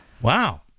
Wow